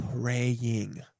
praying